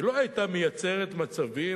היא לא היתה מייצרת מצבים.